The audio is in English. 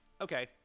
Okay